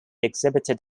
exhibited